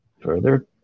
Further